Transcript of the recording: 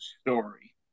story